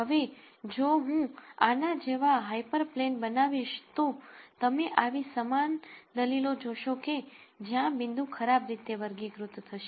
હવે જો હું આના જેવા હાયપરપ્લેન બનાવીશ તો તમે આવી સમાન દલીલો જોશો કે જ્યાં પોઈન્ટ ખરાબ રીતે વર્ગીકૃત થશે